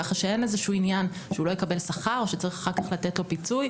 כך שאין איזשהו עניין שהוא לא יקבל שכר או שצריך אחר-כך לתת לו פיצוי.